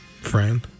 Friend